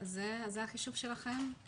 זה החישוב שלכם?